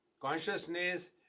Consciousness